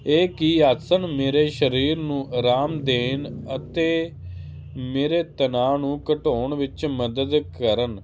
ਇਹ ਕੀ ਆਸਨ ਮੇਰੇ ਸਰੀਰ ਨੂੰ ਆਰਾਮ ਦੇਣ ਅਤੇ ਮੇਰੇ ਤਨਾਅ ਨੂੰ ਘਟਾਉਣ ਵਿੱਚ ਮਦਦ ਕਰਨ